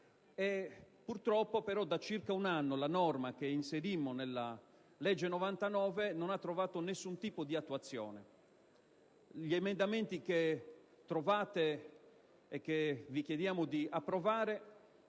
Purtroppo, però, da circa un anno la norma che fu inserita nella legge n. 99 non ha trovato alcun tipo di attuazione. Gli emendamenti che vi chiediamo di approvare